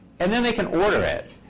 and then they can order it.